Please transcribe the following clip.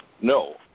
No